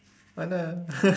oh no